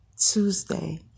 Tuesday